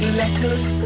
letters